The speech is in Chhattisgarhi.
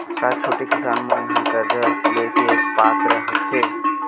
का छोटे किसान मन हा कर्जा ले के पात्र होथे?